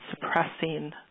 suppressing